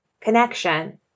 connection